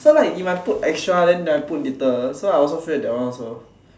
so like you might put extra or put little so I feel like that one also